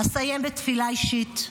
אסיים בתפילה אישית,